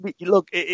look